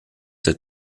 der